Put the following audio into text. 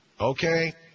Okay